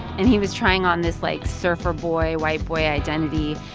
and he was trying on this, like, surfer-boy, white-boy identity,